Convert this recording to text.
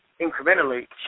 incrementally